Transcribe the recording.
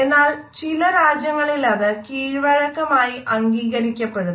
എന്നാൽ ചില രാജ്യങ്ങളിലത് കീഴ്വഴക്കമായി അംഗീകരിക്കപ്പെടുന്നു